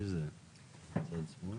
בסוף,